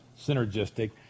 synergistic